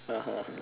(uh huh)